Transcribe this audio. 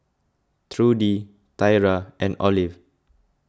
Trudy Tyra and Olive